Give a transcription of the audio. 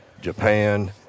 Japan